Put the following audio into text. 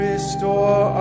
Restore